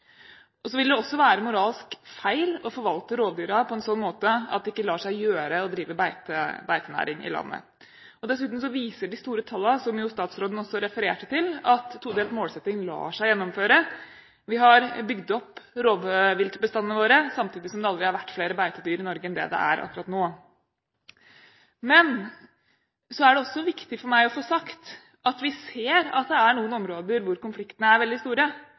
Så vil det også være moralsk feil å forvalte rovdyra på en sånn måte at det ikke lar seg gjøre å drive beitenæring i landet. Dessuten viser de store tallene, som statsråden også refererte til, at todelt målsetting lar seg gjennomføre. Vi har bygd opp rovviltbestandene våre samtidig som det aldri har vært flere beitedyr i Norge enn det det er akkurat nå. Men det er også viktig for meg å få sagt at vi ser at det er noen områder hvor konfliktene er veldig store. Det at tallene i stort er gode, oppleves nok som ganske uvesentlig der man opplever store